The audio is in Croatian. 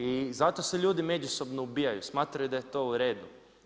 I zato se ljudi međusobno ubijaju, smatraju da je to u redu.